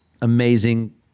amazing